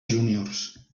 juniors